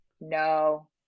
no